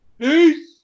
Peace